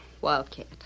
Wildcat